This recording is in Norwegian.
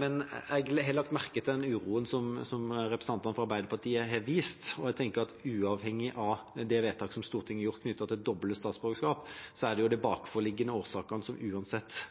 Men jeg har lagt merke til den uroen som representantene fra Arbeiderpartiet har vist, og jeg tenker at uavhengig av det vedtaket som Stortinget har gjort knyttet til doble statsborgerskap, er det jo de bakenforliggende årsakene vi uansett